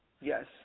Yes